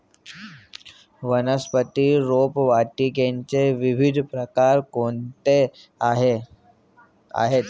वनस्पती रोपवाटिकेचे विविध प्रकार कोणते आहेत?